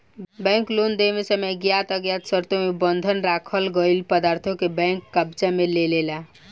bank loan देवे समय ज्ञात अज्ञात शर्तों मे बंधक राखल गईल पदार्थों के बैंक कब्जा में लेलेला